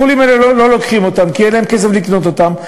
החולים האלה לא לוקחים אותן כי אין להם כסף לקנות אותן.